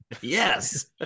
Yes